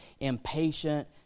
impatient